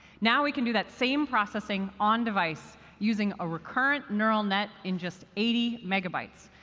now we can do that same processing on device, using a recurrent neural net, in just eighty megabytes.